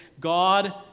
God